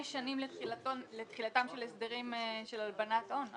שנים לתחילתם של הסדרים של הלבנת הון.